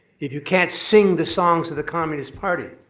if you can't sing the songs of the communist party.